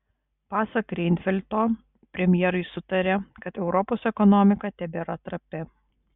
pasak reinfeldto premjerai sutarė kad europos ekonomika tebėra trapi